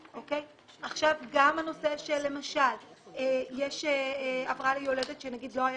גם למשל הבראה ליולדת שנגיד לא היה